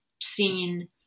seen